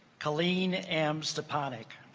kaleem am stefanik